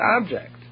object